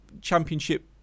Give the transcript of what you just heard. Championship